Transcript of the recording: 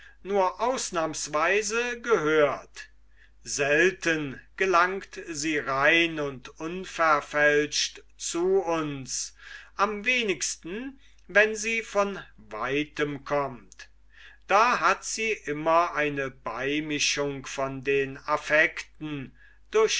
nur ausnahmsweise gehört selten gelangt sie rein und unverfälscht zu uns am wenigsten wann sie von weitem kommt da hat sie immer eine beimischung von den affekten durch